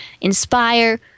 inspire